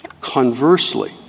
Conversely